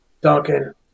Duncan